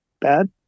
bad